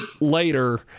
later